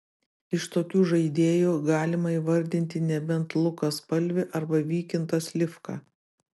iš tokių žaidėjų galima įvardinti nebent luką spalvį arba vykintą slivką